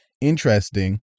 interesting